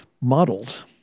modeled